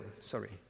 sorry